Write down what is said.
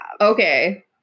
Okay